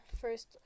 First